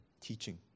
teaching